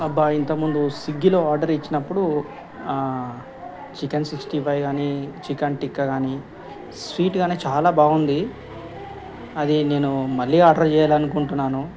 అబ్బా ఇంతముందు స్విగ్గీలో ఆర్డర్ ఇచ్చినప్పుడు చికెన్ సిక్స్టీ ఫైవ్ కానీ చికెన్ టిక్క కానీ స్వీట్ కానీ చాలా బాగుంది అది నేను మళ్ళీ ఆర్డర్ చెయ్యాలనుకుంటున్నాను